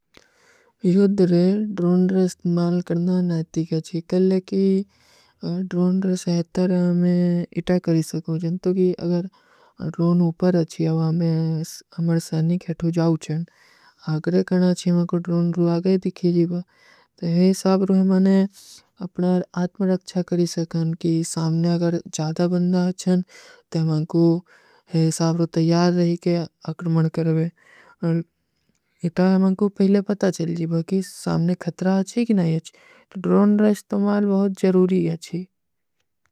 ଯୂଦ୍ରେ, ଡ୍ରୋନ ଡ୍ରେସ୍ଟ ମାଲ କରନା ନାଇତୀ କ୍ଯା ଚୀଜୀ କଲ ହୈ କି ଡ୍ରୋନ ଡ୍ରେସ୍ଟ ହୈ ତର ହମେଂ ଇତା କରୀ ସକୋ। ଜଂତୋ କି ଅଗର ଡ୍ରୋନ ଉପର ହୈ ଚୀଜୀ, ଅବ ହମେଂ ହମର ସହନୀ ଖେଟ ହୋ ଜାଊଚେଂ। ଅଗର କଣାଚୀ ମେଂ ଡ୍ରୋନ ଡ୍ରୂ ଆଗଏ ଦିଖୀଜୀବା, ତୋ ଯହ ସାବର ହମେଂ ଅପନା ଆତ୍ମା ରଖଚା କରୀ ସକନ, କି ସାମନେ ଅଗର ଜାଧା ବନ୍ଦା ହୈଂ, ତୋ ହମେଂ କୁଛ ଯହ ସାବର ତଯାର ରହେଂ କେ ଅକ୍ରମନ କରଵେଂ। ଇତା ହମେଂ କୁଛ ପହଲେ ପତା ଚଲୀଜୀବା, କି ସାମନେ ଖତ୍ରା ହୈ କି ନହୀଂ ହୈ। ଡ୍ରୋନ ରଶ୍ଟମାଲ ବହୁତ ଜରୂରୀ ଅଚ୍ଛୀ।